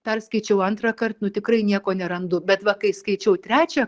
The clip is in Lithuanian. perskaičiau antrąkart nu tikrai nieko nerandu bet va kai skaičiau trečią